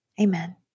Amen